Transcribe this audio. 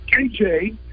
KJ